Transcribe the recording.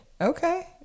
Okay